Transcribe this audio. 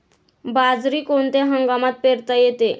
बाजरी कोणत्या हंगामात पेरता येते?